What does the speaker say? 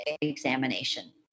examination